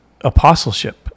apostleship